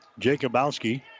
Jacobowski